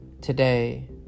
Today